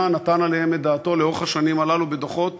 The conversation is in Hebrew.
נתן עליהם את דעתו לאורך השנים הללו בדוחות